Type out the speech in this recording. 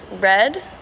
Red